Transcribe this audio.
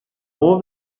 all